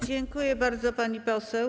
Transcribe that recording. Dziękuję bardzo, pani poseł.